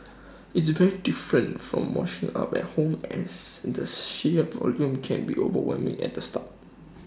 it's very different from washing up at home as the sheer volume can be overwhelming at the start